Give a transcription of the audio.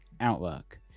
outlook